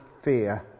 fear